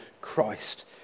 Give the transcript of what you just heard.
Christ